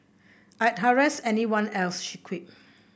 I'd harass everyone else she quipped